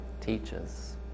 teaches